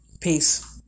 Peace